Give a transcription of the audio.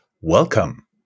Welcome